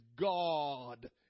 God